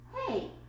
Hey